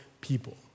people